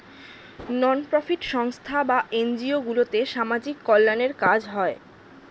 নন profit সংস্থা বা NGO গুলোতে সামাজিক কল্যাণের কাজ হয়